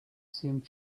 seemed